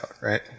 right